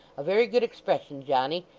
a very good expression, johnny.